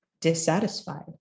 dissatisfied